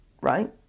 right